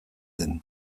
den